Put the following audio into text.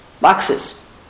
boxes